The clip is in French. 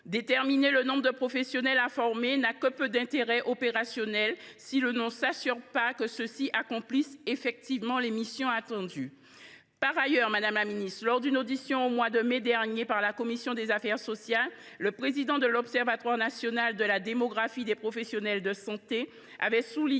Déterminer le nombre de professionnels à former n’a que peu d’intérêt opérationnel si l’on ne s’assure pas que ceux ci accomplissent effectivement les missions attendues. Par ailleurs, lors d’une audition au mois de mai dernier par la commission des affaires sociales, le président de l’Observatoire national de la démographie des professions de santé (ONDPS) avait souligné